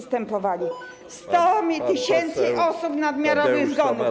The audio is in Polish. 100 tys. osób - nadmiarowych zgonów.